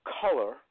color